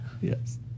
Yes